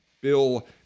bill